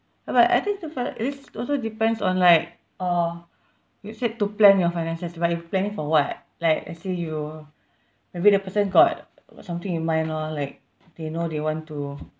uh but I think to find at least also depends on like uh you said to plan your finances but you planning for what like let's say you maybe the person got got something in mind loh like they know they want to